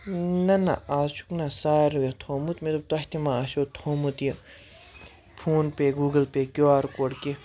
نہ نہ اَز چھُکھ نہ ساروِیو تھوٚومُت مےٚ دوٚپ تۄہہِ تہِ ما آسیوٚ تھوٚومُت یہِ فون پے گوٗگٕل پے کیوٗ آر کوڈ کینٛہہ